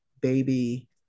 baby